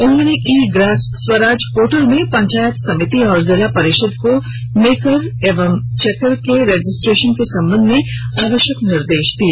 उन्होंने ई ग्रास स्वराज पोर्टल में पंचायत समिति एवं जिला परिषद को मेकर एवं चेकर के रजिस्ट्रेशन के संबंध में आवश्यक दिशा निर्देश दिए